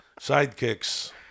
sidekicks